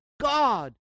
God